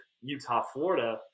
Utah-Florida